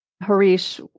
Harish